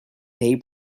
day